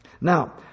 Now